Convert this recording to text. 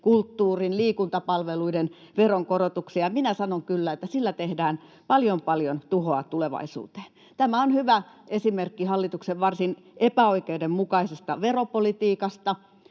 kulttuurin, liikuntapalveluiden veronkorotuksia. Minä sanon kyllä, että sillä tehdään paljon paljon tuhoa tulevaisuuteen. Tämä on hyvä esimerkki hallituksen varsin epäoikeudenmukaisesta veropolitiikasta.